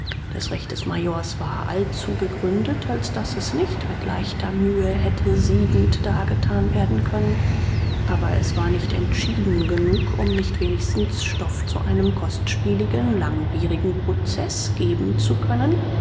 das recht des majors war allzu gegründet als daß es nicht mit leichter mühe hätte siegend dargetan werden können aber war nicht entschieden genug um nicht wenigstens stoff zu einem kostspieligen langwierigen prozeß geben zu können